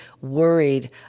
worried